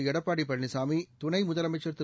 எடப்பாடி பழனிசாமி துணை முதலமைச்ச் திரு